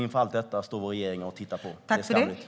Inför allt detta står regeringen och tittar på. Det är skamligt.